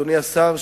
אדוני השר,